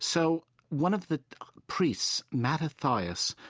so one of the priests, mattathias,